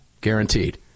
Guaranteed